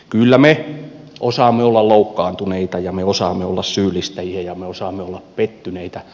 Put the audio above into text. kyllä me osaamme olla loukkaantuneita ja me osaamme olla syyllistäjiä ja me osaamme olla pettyneitä